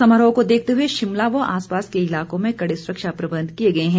समारोह को देखते हुए शिमला व आसपास के इलाकों में कड़े सुरक्षा प्रबंध किए गए हैं